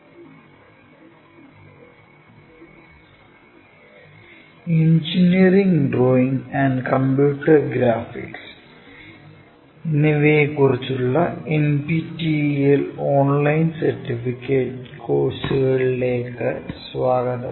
orthographic projection II part 7 engineering drawing and computer graphics എന്നിവയെക്കുറിച്ചുള്ള NPTEL online certification കോഴ്സുകളിലേക്ക് സ്വാഗതം